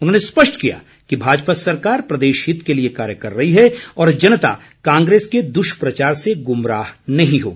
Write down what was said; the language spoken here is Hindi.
उन्होंने स्पष्ट किया कि भाजपा सरकार प्रदेशहित के लिए कार्य कर रही है और जनता कांग्रेस के दृष्प्रचार से गुमराह नहीं होगी